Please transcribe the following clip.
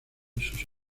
sus